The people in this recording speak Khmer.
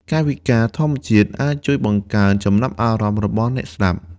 កាយវិការធម្មជាតិអាចជួយបង្កើនចំណាប់អារម្មណ៍របស់អ្នកស្តាប់។